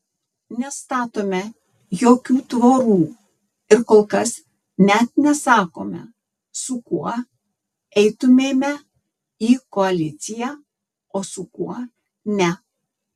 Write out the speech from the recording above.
nestatome jokių tvorų ir kol kas net nesakome su kuo eitumėme į koaliciją o su kuo ne